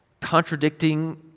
contradicting